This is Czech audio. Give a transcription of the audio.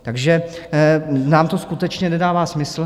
Takže nám to skutečně nedává smysl.